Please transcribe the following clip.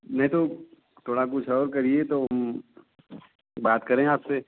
नहीं तो थोड़ा कुछ और करिए तो बात करें आपसे